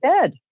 dead